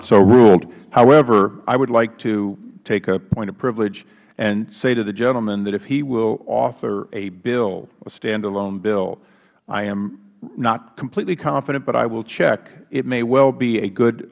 so ruled however i would like to take a point of privilege and say to the gentleman that if he will author a standalone bill i am not completely confident but i will check it may well be a good